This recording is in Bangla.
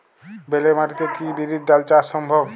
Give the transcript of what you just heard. বেলে মাটিতে কি বিরির ডাল চাষ সম্ভব?